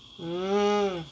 mm